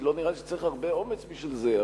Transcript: כי לא נראה לי שצריך הרבה אומץ בשביל זה,